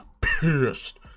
pissed